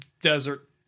desert